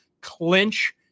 clinch